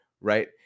right